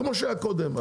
כמו שהיה קודם.